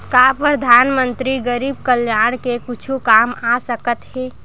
का परधानमंतरी गरीब कल्याण के कुछु काम आ सकत हे